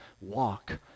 walk